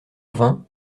vint